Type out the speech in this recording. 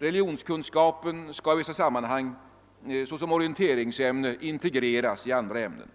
Religionskunskapen skall i vissa sammanhang såsom orienteringsämne integreras i andra ämnen,